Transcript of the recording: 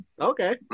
Okay